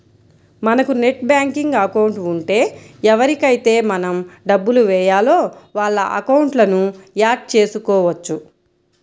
మనకు net banking account ఉంటే ఎవరికైతే మనం డబ్బులు వేయాలో వాళ్ళ అకౌంట్లను యాడ్ చేసుకోవచ్చు